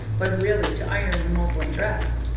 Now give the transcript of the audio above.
but really to iron the muslin dress.